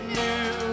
new